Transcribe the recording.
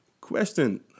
Question